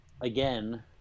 again